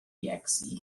exe